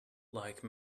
like